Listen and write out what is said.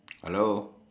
hello